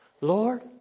Lord